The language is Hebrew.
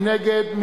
מי נגד?